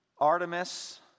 Artemis